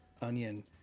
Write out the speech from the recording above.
onion